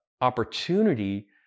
opportunity